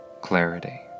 clarity